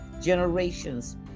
Generations